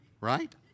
right